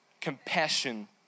compassion